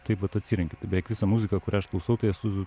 taip vat atsirenki tai beveik visą muziką kurią aš klausau tai esu